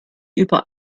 über